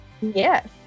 Yes